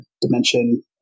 dimension